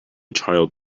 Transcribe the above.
child